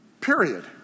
Period